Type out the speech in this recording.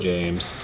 James